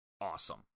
awesome